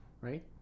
right